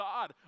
God